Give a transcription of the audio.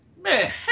Man